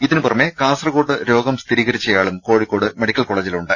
ഇതിന് പുറമെ കാസർകോട്ട് രോഗം സ്ഥിരീകരിച്ചയാളും കോഴിക്കോട് മെഡിക്കൽ കോളേജിലുണ്ട്